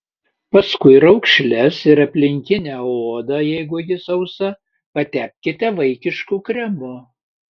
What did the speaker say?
paskui raukšles ir aplinkinę odą jeigu ji sausa patepkite vaikišku kremu